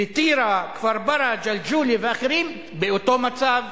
טירה, כפר-ברא, ג'לג'וליה ואחרים באותו מצב.